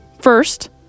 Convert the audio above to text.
First